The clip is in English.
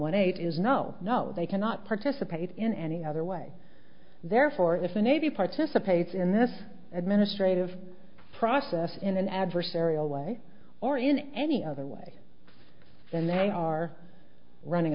one eight is no no they cannot participate in any other way therefore if an a b participates in this administrative process in an adversarial way or in any other way then they are running